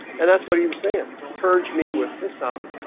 and that's what he was saying purge me with hyssop